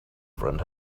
friend